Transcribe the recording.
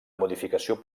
modificació